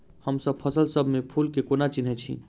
हमसब फसल सब मे फूल केँ कोना चिन्है छी?